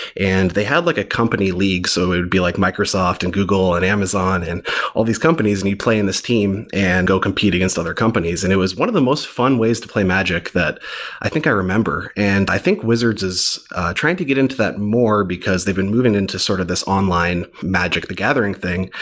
they had like a company league. so it would be like microsoft and google and amazon and all these companies and you play in this team and go compete against other companies, and it was one of the most fun ways to play magic that i think i remember. i think wizards is trying to get into that more, because they've been moving into sort of this online magic the gathering thing,